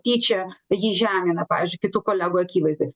tyčia jį žemina pavyzdžiui kitų kolegų akivaizdoj